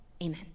Amen